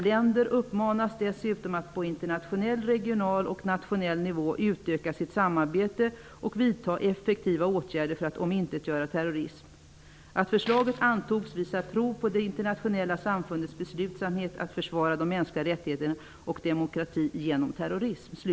Länder uppmanas dessutom att på internationell, regional och nationell nivå utöka sitt samarbete och vidta effektiva åtgärder för att omintetgöra terrorism. Att förslaget antogs visar prov på det internationella samfundets beslutsamhet att försvara de mänskliga rättigheterna och demokratin mot terrorism.